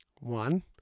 one